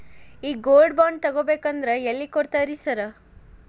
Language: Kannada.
ಈ ಗೋಲ್ಡ್ ಬಾಂಡ್ ತಗಾಬೇಕಂದ್ರ ಎಲ್ಲಿ ಕೊಡ್ತಾರ ರೇ ಸಾರ್?